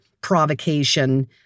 provocation